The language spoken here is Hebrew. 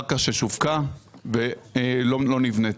קרקע ששווקה ולא נבנית.